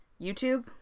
YouTube